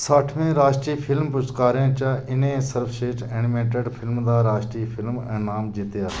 सट्ठमें राश्ट्री फिल्म पुरस्कारें च इ'न्नै सर्वश्रेश्ठ एनिमेटेड फिल्म दा राश्ट्री फिल्म अनाम जित्तेआ